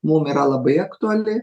mum yra labai aktuali